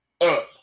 up